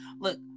look